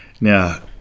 Now